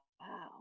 Wow